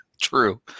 True